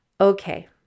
Okay